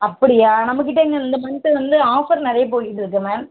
அப்படியா நம்மக்கிட்ட இந்த மந்த்து வந்து ஆஃபர் நிறைய போய்க்கிட்டிருக்குது மேம்